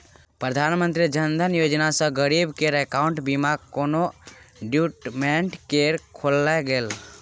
प्रधानमंत्री जनधन योजना सँ गरीब केर अकाउंट बिना कोनो डाक्यूमेंट केँ खोलल गेलै